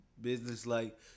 Business-like